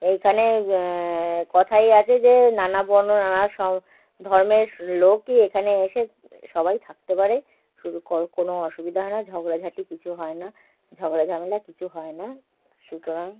এইখানে কথায় আছে যে নানা বর্ণ নানা সব ধর্মের সো লোকই এখানে এসে সবাই থাকতে পারে শুধু ক কোনো অসুবিধা হয় না ঝগড়াঝাঁটি কিছু হয় না ঝগড়া ঝামেলা কিছু হয় না সুতরাং